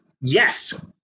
yes